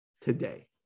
today